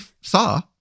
saw